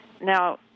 Now